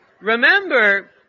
remember